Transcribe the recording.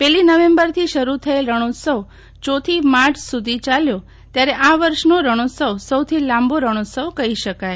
પેલી નવેમ્બરથી શરૂ થયેલ રણોત્સવ ચોથી માર્ચ સુધી ચાલ્યો ત્યારે આ વર્ષનો રણોત્સવ સોથી લાંબો રણોત્સવ કહી શકાય